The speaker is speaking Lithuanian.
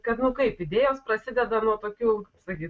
kad nu kaip idėjos prasideda nuo tokių kaip sakyt